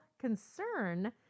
concern